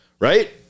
Right